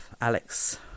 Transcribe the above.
Alex